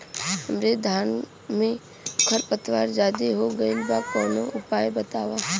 हमरे धान में खर पतवार ज्यादे हो गइल बा कवनो उपाय बतावा?